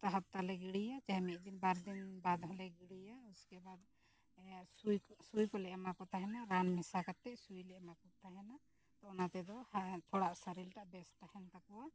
ᱦᱟᱯᱛᱟ ᱦᱟᱯᱛᱟ ᱞᱮ ᱜᱤᱰᱤᱭᱟ ᱪᱟᱦᱮ ᱢᱤᱫ ᱫᱤᱱ ᱵᱟᱨ ᱫᱤᱱ ᱵᱟᱫ ᱦᱚᱸᱞᱮ ᱜᱤᱰᱤᱭᱟ ᱩᱥᱠᱮ ᱵᱟᱫ ᱥᱩᱭ ᱠᱚ ᱥᱩᱭ ᱠᱚᱞᱮ ᱮᱢᱟ ᱠᱚ ᱛᱟᱦᱮᱱᱟ ᱨᱟᱱ ᱢᱮᱥᱟ ᱠᱟᱛᱮ ᱥᱩᱭ ᱞᱮ ᱮᱢᱟ ᱠᱚ ᱛᱟᱦᱮᱱᱟ ᱛᱚ ᱚᱱᱟ ᱛᱮᱫᱚ ᱛᱷᱚᱲᱟ ᱥᱚᱨᱤᱨᱴᱟᱜ ᱵᱮᱥ ᱛᱟᱦᱮᱱ ᱛᱟᱠᱚᱣᱟ